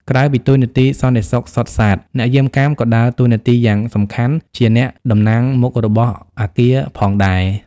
ក្រៅពីតួនាទីសន្តិសុខសុទ្ធសាធ អ្នកយាមកាមក៏ដើរតួនាទីយ៉ាងសំខាន់ជា អ្នកតំណាងមុខរបស់អគារ ផងដែរ។